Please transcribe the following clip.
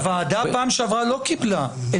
הוועדה בפעם שעברה לא קיבלה.